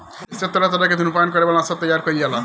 एसे तरह तरह के धुम्रपान करे वाला नशा तइयार कईल जाला